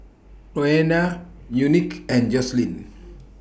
Roena Unique and Joselyn